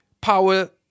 Power